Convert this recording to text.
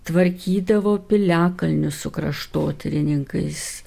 tvarkydavo piliakalnius su kraštotyrininkais